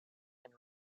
and